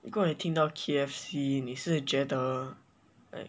如果你听到 K_F_C 你是觉得